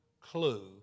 clue